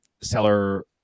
seller